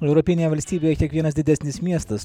europinėje valstybėje kiekvienas didesnis miestas